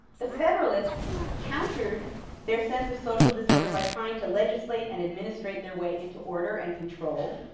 the federalists countered their sense of social disorder by trying to legislate and administrate their way into order and control.